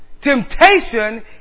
Temptation